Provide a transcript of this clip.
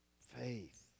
Faith